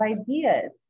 ideas